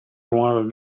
wanted